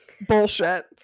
bullshit